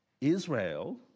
Israel